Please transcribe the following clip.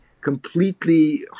completely